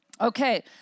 Okay